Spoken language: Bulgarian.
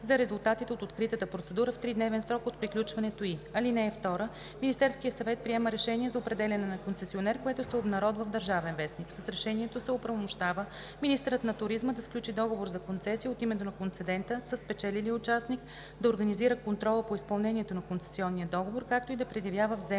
за резултатите от откритата процедура в тридневен срок от приключването ѝ. (2) Министерският съвет приема решение за определяне на концесионер, което се обнародва в „Държавен вестник“. С решението се оправомощава министърът на туризма да сключи договор за концесия от името на концедента със спечелилия участник, да организира контрола по изпълнението на концесионния договор, както и да предявява вземанията